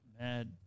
Mad